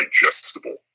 digestible